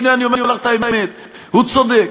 הנה, אני אומר לך את האמת: הוא צודק.